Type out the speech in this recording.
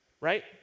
right